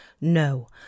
No